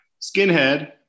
Skinhead